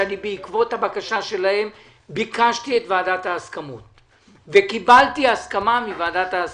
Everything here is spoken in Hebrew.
שבעקבות הבקשה שלהם ביקשתי וקיבלתי הסכמה מוועדת ההסכמות.